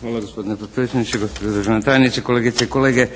Hvala gospodine potpredsjedniče, gospođo državna tajnice, kolegice i kolege.